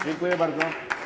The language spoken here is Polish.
Dziękuję bardzo.